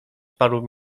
paru